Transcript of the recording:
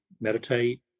meditate